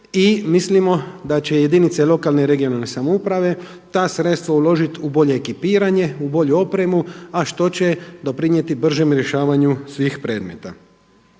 i mislimo da će jedinice lokalne i regionalne samouprave ta sredstva uložiti u bolje ekipiranje, u bolju opremu, a što će doprinijeti bržem rješavanju svih predmeta.